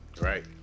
Right